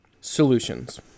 Solutions